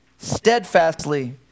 steadfastly